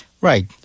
Right